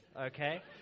Okay